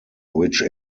which